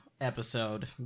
episode